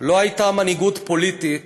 לא הייתה מנהיגות פוליטית